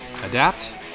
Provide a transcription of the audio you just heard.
adapt